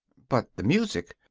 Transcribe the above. but the music?